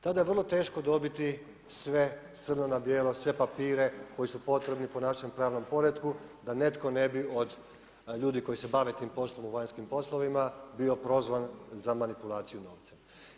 Tada je vrlo teško dobiti sve crno na bijelo, sve papire, koji su potrebni po našem pravnom poretku, da netko ne bi od ljudi koji se bave tim poslom u vanjskim poslovima bio prozvan za manipulaciju novcem.